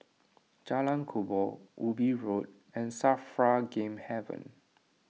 Jalan Kubor Ubi Road and Safra Game Haven